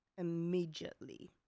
Immediately